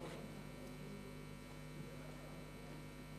אני מתכבד לפתוח את ישיבת הכנסת.